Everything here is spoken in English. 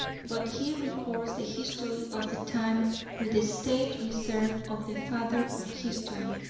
but he records the history of the time with the staid reserve of the father of history,